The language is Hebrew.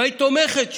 במה היא תומכת שם.